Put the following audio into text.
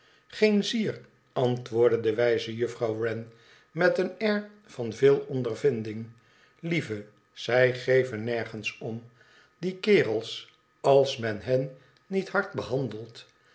geen zier antwoordde de wijze juffrouw wren met een air van veel ondervinding i lieve zij geven nergens om die kerels als men hen niet hard behandelt